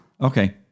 Okay